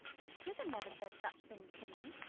miss prism never says such things to me.